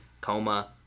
coma